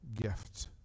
gift